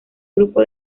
grupo